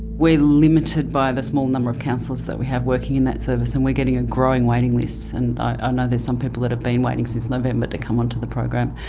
we're limited by the small number of counsellors that we have working in that service, and we're getting a growing waiting list. and i know and there's some people that have been waiting since november to come on to the program.